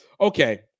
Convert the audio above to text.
Okay